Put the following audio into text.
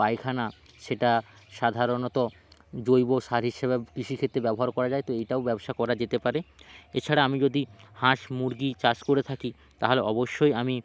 পায়খানা সেটা সাধারণত জৈব সার হিসাবে কৃষিক্ষেত্রে ব্যবহার করা যায় তো এটাও ব্যবসা করা যেতে পারে এছাড়া আমি যদি হাঁস মুরগি চাষ করে থাকি তাহলে অবশ্যই আমি